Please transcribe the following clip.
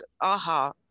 aha